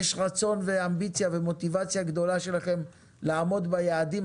יש רצון ואמביציה ומוטיבציה גדולה שלכם לעמוד ביעדים.